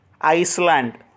Iceland